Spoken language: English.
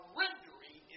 rendering